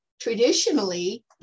traditionally